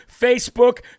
Facebook